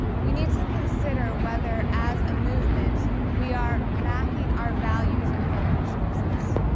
we need to consider whether as a movement we are backing our values with our resources.